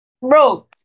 Bro